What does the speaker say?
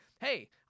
hey